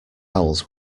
owls